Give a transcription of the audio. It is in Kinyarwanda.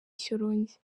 shyorongi